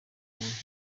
igihembo